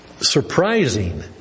surprising